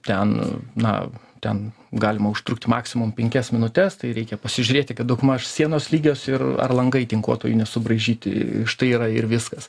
ten na ten galima užtrukti maksimum penkias minutes tai reikia pasižiūrėti kad daugmaž sienos lygios ir ar langai tinkuotojų nesubraižyti štai yra ir viskas